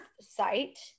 site